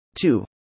Two